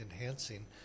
enhancing